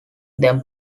them